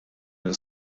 minn